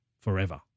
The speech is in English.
forever